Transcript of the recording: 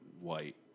white